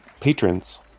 patrons